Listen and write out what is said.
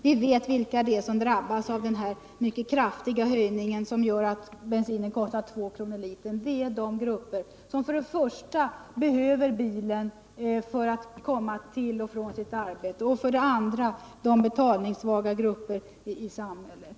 Vi vet vilka det är som drabbas av den mycket kraftiga höjningen, som gör att bensinen kostar 2 kr. litern — det är för det första de grupper som behöver bilen för att komma till och från sitt arbete, för det andra de betalningssvaga grupperna i samhället.